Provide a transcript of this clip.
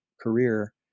career